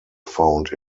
found